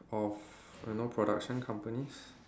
of you know production companies